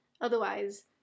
otherwise